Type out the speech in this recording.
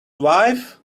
wife